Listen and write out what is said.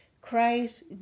Christ